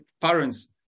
parents